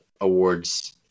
awards